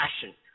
passion